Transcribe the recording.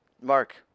mark